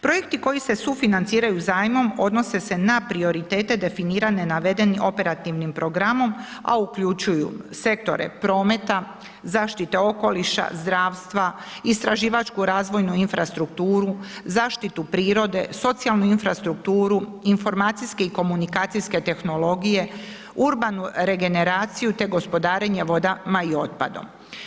Projekti koji se sufinanciraju zajmom odnose se na prioritete definirane navedenim operativnim programom a uključuju sektore prometa, zaštite okoliša, zdravstva, istraživačku razvojnu infrastrukturu, zaštitu prirode, socijalnu infrastrukturu, informacijske i komunikacijske tehnologije, urbanu regeneraciju te gospodarenje vodama i otpadom.